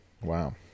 Wow